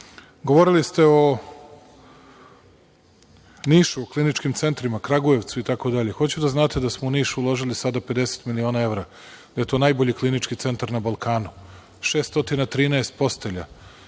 požurimo. Govorili ste o Nišu, kliničkim centrima u Kragujevcu itd. Hoću da znate da smo u Niš uložili sada 50 miliona evra, da je to najbolji klinički centar na Balkanu, 613 postelja,